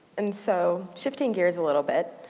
and so shifting gears a little bit,